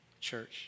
church